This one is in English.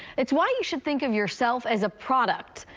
it's why you should think of yourself as a product,